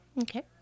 Okay